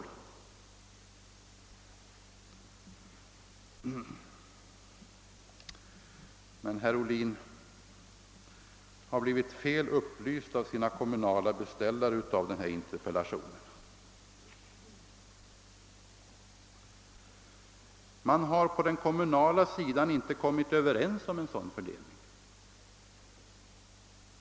Herr Ohlin har emellertid blivit felaktigt upplyst av sina kommunala beställare av denna interpellation. Man har på den kommunala sidan inte kommit överens om en sådan fördelning.